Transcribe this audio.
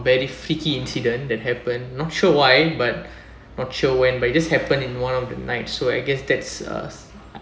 very freaky incident that happened not sure why but not sure when but it just happened in one of the night so I guess that's us